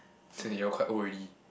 so they all quite old already